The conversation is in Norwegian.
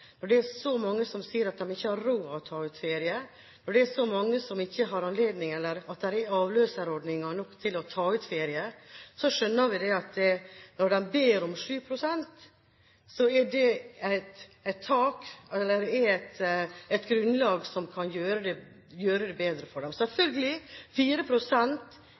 Når vi ser at det er så få bønder som tar ut ferie, at det er så mange som sier at de ikke har råd til å ta ferie, at det er så mange som ikke har anledning, eller at det ikke er avløsere nok til å ta ut ferie, så skjønner vi at når de ber om 7 pst., så er det et grunnlag som kan gjøre det bedre for dem. Selvfølgelig: